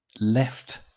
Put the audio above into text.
left